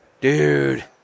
Dude